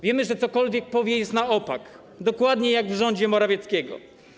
Wiemy, że cokolwiek powie, jest na opak, dokładnie jak w rządzie Morawieckiego.